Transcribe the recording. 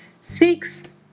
Six